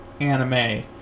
anime